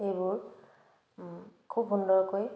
এইবোৰ খুব সুন্দৰকৈ